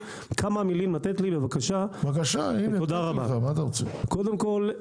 קודם כל,